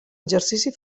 exercici